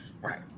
Right